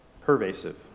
pervasive